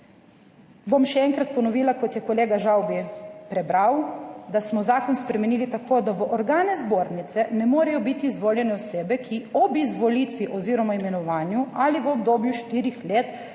bom še enkrat ponovila, kot je kolega Žavbi prebral, da smo zakon spremenili tako, da v organe zbornice ne morejo biti izvoljene osebe, ki ob izvolitvi oziroma imenovanju ali v obdobju štirih let so